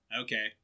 okay